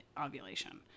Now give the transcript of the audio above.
ovulation